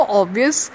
obvious